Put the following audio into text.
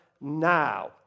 now